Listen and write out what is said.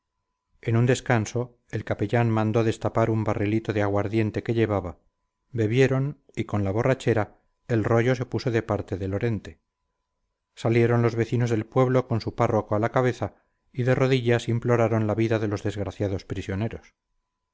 en un descanso el capellán mandó destapar un barrilito de aguardiente que llevaba bebieron y con la borrachera el royo se puso de parte de lorente salieron los vecinos del pueblo con su párroco a la cabeza y de rodillas imploraron la vida de los desgraciados prisioneros